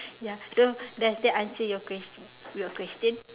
ya so does that answer your question your question